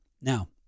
Now